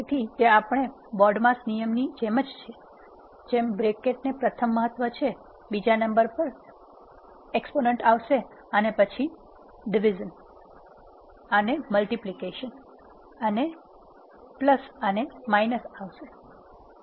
તેથી તે આપણા BODMAS નિયમાની જેમ જ છે જેમાં બ્રેકેટ ને પ્રથમ મહત્વ છે બીજા નંબર પર એક્સપોનેન્ટ આવશે અને પછી ભાગાકાર ગુણાકાર વત્તાકાર અને બાદબાકી આવશે